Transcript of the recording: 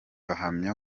ahamya